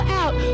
out